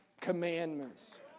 commandments